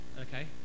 okay